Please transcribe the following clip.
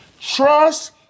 Trust